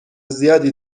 زیادی